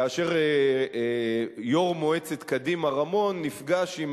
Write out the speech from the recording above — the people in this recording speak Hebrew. כאשר יושב-ראש מועצת קדימה רמון נפגש עם